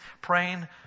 praying